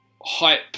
hype